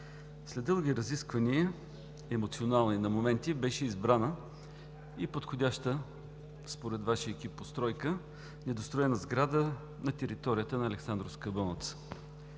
След дълги разисквания, емоционални на моменти, беше избрана и подходяща според Вашия екип постройка – недостроена сграда на територията на Александровска болница,